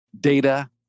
data